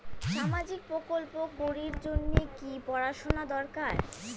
সামাজিক প্রকল্প করির জন্যে কি পড়াশুনা দরকার?